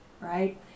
right